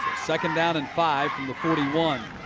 second down and five from the forty one.